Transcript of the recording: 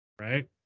Right